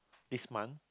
this month